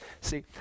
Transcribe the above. See